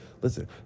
Listen